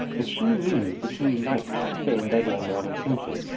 and she knew that he liked to stay in bed all morning, thinking.